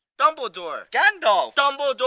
dumbledore! gandalf! dumbledore!